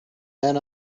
then